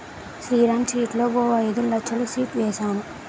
శ్రీరామ్ చిట్లో ఓ ఐదు నచ్చలు చిట్ ఏసాను